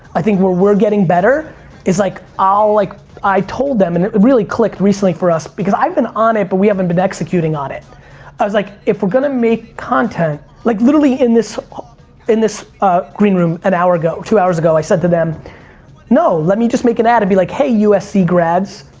i think we're we're getting better is like i'll like i told them and it like really clicked recently for us. because i've been on it, but we haven't been executing on it. i was like, if we're gonna make content, like literally in this ah this greenroom an hour ago, two hours ago. i said to them no, let me just make an ad, and be like hey, usc grads,